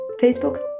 Facebook